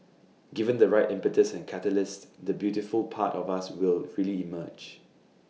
given the right impetus and catalyst the beautiful part of us will really emerge